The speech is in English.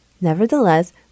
Nevertheless